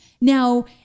Now